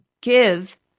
give